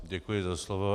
Děkuji za slovo.